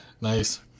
nice